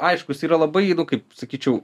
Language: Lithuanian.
aišku jisai yra labai jeigu kaip sakyčiau